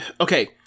okay